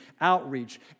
outreach